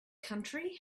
country